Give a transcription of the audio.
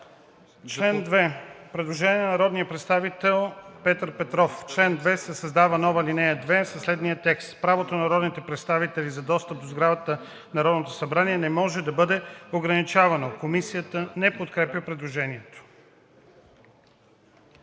Член 2 – предложение на народния представител Петър Петров: „В чл. 2 се създава нова ал. 2 със следния текст: „(2) Правото на народните представители за достъп до сградата на Народното събрание не може да бъде ограничавано.“ Комисията не подкрепя предложението.